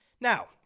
Now